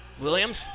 Williams